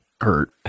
hurt